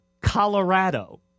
Colorado